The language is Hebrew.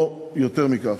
או יותר מכך.